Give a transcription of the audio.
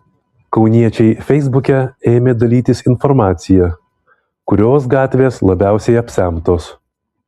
kauniečiai feisbuke ėmė dalytis informacija kurios gatvės labiausiai apsemtos